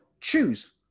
choose